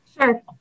Sure